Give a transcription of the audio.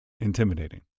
Intimidating